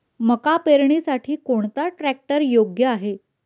मका पेरणीसाठी कोणता ट्रॅक्टर योग्य आहे?